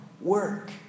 work